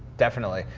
definitely.